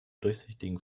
durchsichtigen